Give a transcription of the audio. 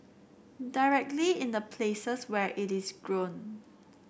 directly in the places where it is grown